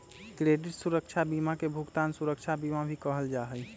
credit सुरक्षा बीमा के भुगतान सुरक्षा बीमा भी कहल जा हई